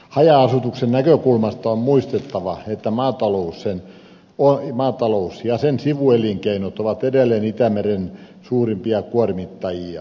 haja asutuksen näkökulmasta on muistettava että maatalous ja sen sivuelinkeinot ovat edelleen itämeren suurimpia kuormittajia